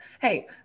hey